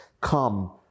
come